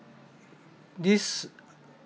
these